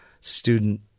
student